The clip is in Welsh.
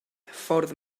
ffordd